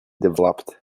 developed